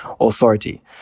authority